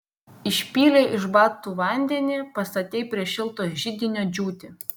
išpylei iš batų vandenį pastatei prie šilto židinio džiūti